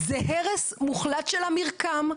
זה הרס מוחלט של המרקם,